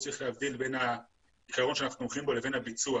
צריך להפריד בין העיקרון שאנחנו הולכים בו לבין הביצוע.